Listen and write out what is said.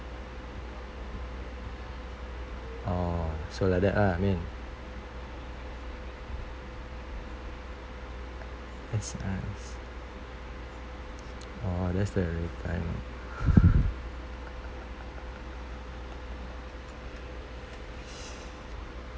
orh so like that lah min S_R_S orh that's the retirement